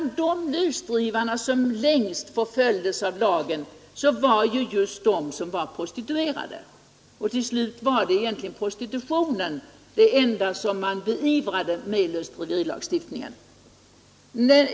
De lösdrivare som längst förföljdes av lagen var just de prostituerade, och till slut var prostitutionen egentligen det enda som beivrades enligt lösdriverilagstiftningen.